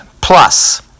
plus